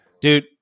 Dude